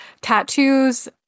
tattoos